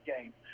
game